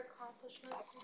accomplishments